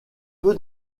peu